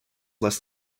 less